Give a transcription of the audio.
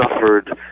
suffered